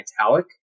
Italic